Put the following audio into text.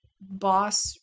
boss